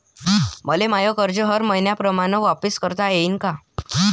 मले माय कर्ज हर मईन्याप्रमाणं वापिस करता येईन का?